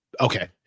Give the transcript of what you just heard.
Okay